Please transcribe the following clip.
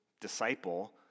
disciple